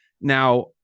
Now